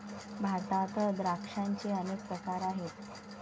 भारतात द्राक्षांचे अनेक प्रकार आहेत